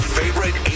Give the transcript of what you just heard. favorite